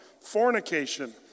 fornication